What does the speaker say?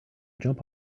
jump